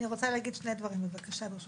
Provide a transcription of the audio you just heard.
אני רוצה להגיד שני דברים, בבקשה, ברשותך.